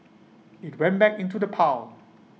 IT went back into the pile